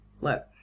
look